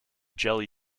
jelly